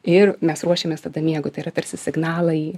ir mes ruošiamės tada miegui tai yra tarsi signalai